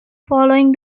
following